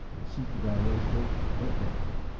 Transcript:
and she forgot everything but that.